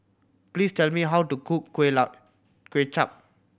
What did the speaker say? please tell me how to cook kuay Kuay Chap